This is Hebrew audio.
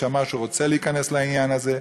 שאמר שהוא רוצה להיכנס לעניין הזה.